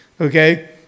Okay